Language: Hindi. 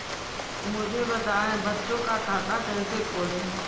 मुझे बताएँ बच्चों का खाता कैसे खोलें?